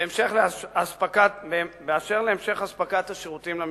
2. באשר להמשך אספקת השירותים למשתקמים,